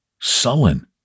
sullen